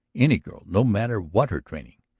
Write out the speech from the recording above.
any girl no matter what her training,